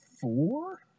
four